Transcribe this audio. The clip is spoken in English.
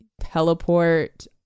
teleport